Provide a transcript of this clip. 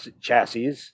chassis